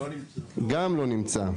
גם לא נמצא.